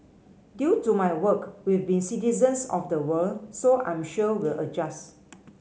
due to my work we've been citizens of the world so I'm sure we'll adjust